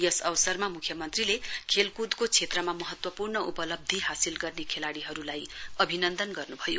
यस अवसरमा मुख्यमन्त्रीले खेलकुदको क्षेत्रमा महत्वपूर्ण उपलव्धी हासिल गर्ने खेलाड़ीहरुलाई अभिनन्दन गर्नुभयो